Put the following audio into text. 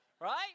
right